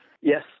Yes